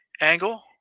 angle